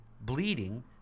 Bleeding